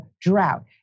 drought